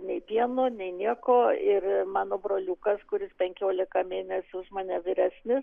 nei pieno nei nieko ir mano broliukas kuris penkiolika mėnesių už mane vyresnis